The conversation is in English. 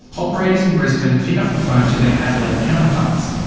operators in brisbane pick up the phone to their adelaide counterparts.